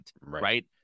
Right